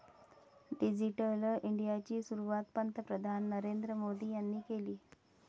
digital इंडियाची सुरुवात पंतप्रधान नरेंद्र मोदी यांनी केली